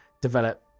develop